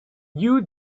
you